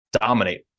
dominate